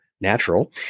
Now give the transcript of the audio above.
Natural